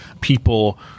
people